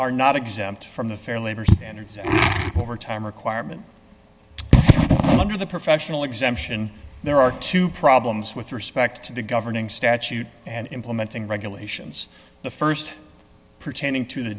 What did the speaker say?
are not exempt from the fair labor standards overtime requirement under the professional exemption there are two problems with respect to the governing statute and implementing regulations the st pertaining to the